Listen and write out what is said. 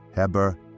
Heber